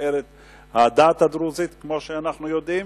לתפארת הדת הדרוזית, כמו שאנחנו יודעים.